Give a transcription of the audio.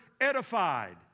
edified